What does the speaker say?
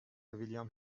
ویلیام